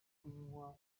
kunywa